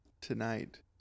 tonight